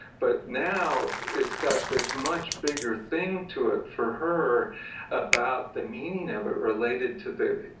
but now it's got this much bigger thing to it for her about the meaning of it related to the,